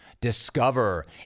Discover